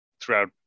throughout